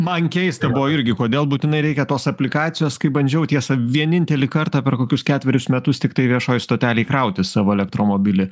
man keista buvo irgi kodėl būtinai reikia tos aplikacijos kai bandžiau tiesa vienintelį kartą per kokius ketverius metus tiktai viešoj stotelėj krautis savo elektromobilį